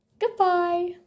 goodbye